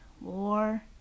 war